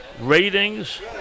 Ratings